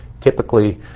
Typically